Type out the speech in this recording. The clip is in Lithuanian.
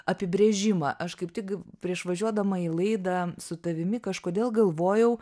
apibrėžimą aš kaip tik prieš važiuodama į laidą su tavimi kažkodėl galvojau